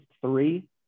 three